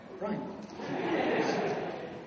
Right